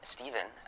Stephen